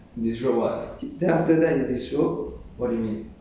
you disrobe then after that you disrobe ah